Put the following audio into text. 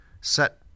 set